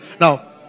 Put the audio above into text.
Now